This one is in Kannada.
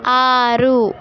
ಆರು